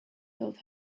filled